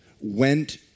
went